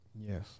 Yes